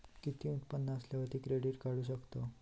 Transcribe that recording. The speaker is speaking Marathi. किती उत्पन्न असल्यावर क्रेडीट काढू शकतव?